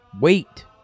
wait